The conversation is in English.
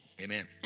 Amen